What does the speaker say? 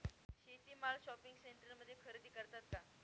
शेती माल शॉपिंग सेंटरमध्ये खरेदी करतात का?